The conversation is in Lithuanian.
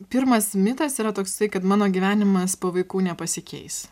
pirmas mitas yra toksai kad mano gyvenimas po vaikų nepasikeis